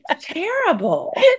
Terrible